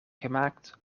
gemaakt